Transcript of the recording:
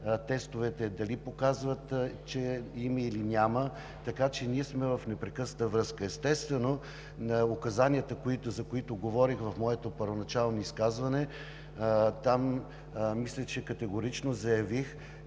тестовете показват дали има, или няма, така че сме в непрекъсната връзка. Естествено, указанията, за които говорих в моето първоначално изказване, мисля, че категорично заявих,